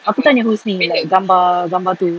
aku tanya husni gambar-gambar tu